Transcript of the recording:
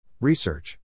Research